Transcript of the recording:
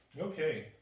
Okay